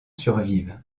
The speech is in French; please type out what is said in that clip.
survivent